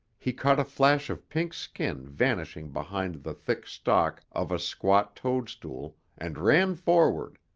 he caught a flash of pink skin vanishing behind the thick stalk of a squat toadstool, and ran forward,